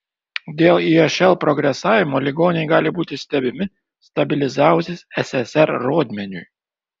dėl išl progresavimo ligoniai gali būti stebimi stabilizavusis ssr rodmeniui